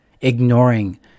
ignoring